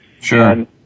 Sure